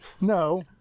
no